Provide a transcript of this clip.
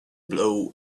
blow